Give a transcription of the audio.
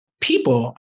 people